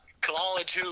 college